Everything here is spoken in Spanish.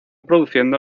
produciendo